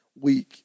week